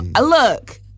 look